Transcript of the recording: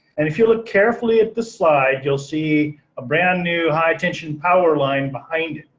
and if you look carefully at the slide, you'll see a brand new high attention power line behind